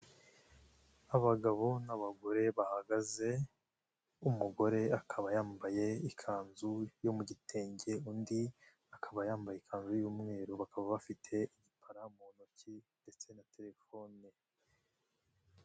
Abagabo n'abagore bahagaze. Umugore akaba yambaye ikanzu yo mu gitenge, undi akaba yambaye ikanzu y'umweru. Bakaba bafite igipara mu ntoki ndetse na telefone.